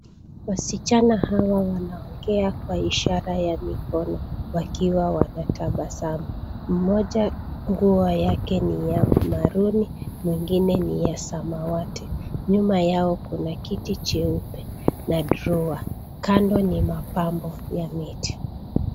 Wasichana hawa wanaongea kwa ishara ya mikono wakiwa wanatabasamu. Mmoja nguo yake ni ya marooni mwingine ni ya samawati. Nyuma yao kuna kiti cheupe na drowa kando ni mapambo ya miti.